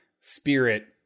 spirit